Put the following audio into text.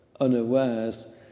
unawares